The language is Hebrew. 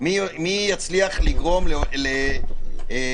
מי יצליח לגרום להלך